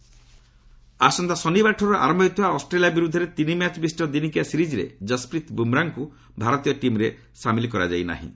cricket ଆସନ୍ତା ଶନିବାରଠାରୁ ଆରମ୍ଭ ହେଉଥିବା ଅଷ୍ଟ୍ରେଲିଆ ବିରୁଦ୍ଧରେ ତିନି ମ୍ୟାଚ୍ ବିଶିଷ୍ଟ ଦିନିକିଆ ସିରିଜ୍ରେ ଜସ୍ପ୍ରୀତ୍ ବୁମରାଙ୍କୁ ଭାରତୀୟ ଟିମ୍ରେ ସାମିଲ କରାଯାଇ ନାହିଁ